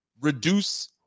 reduce